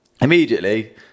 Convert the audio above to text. immediately